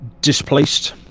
displaced